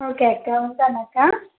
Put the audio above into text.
okay అక్క ఉంటాను అక్క